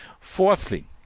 Fourthly